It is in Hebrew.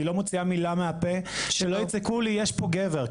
אני לא מוציאה מילה מהפה כדי שלא יצעקו שיש פה גבר,